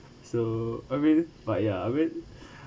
so I mean but ya I mean